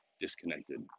disconnected